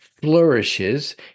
flourishes